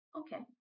okay